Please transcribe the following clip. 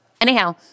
anyhow